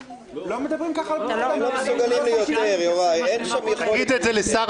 לא מדברים כך על בני אדם --- תגיד את זה לשר